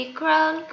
crown